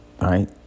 right